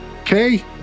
Okay